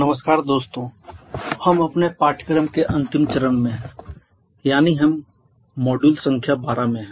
नमस्कार दोस्तों हम अपने पाठ्यक्रम के अंतिम चरण में हैं यानी हम मॉड्यूल संख्या 12 में हैं